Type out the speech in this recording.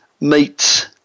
meets